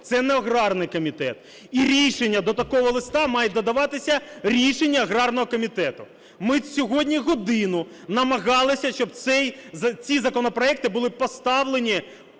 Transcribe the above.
це не аграрний комітет, і рішення до такого листа мають додаватися рішення аграрного комітету. Ми сьогодні годину намагалися, щоб ці законопроекти були поставлені